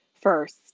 first